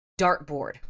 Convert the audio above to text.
dartboard